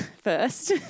first